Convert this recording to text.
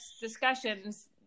discussions